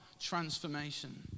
transformation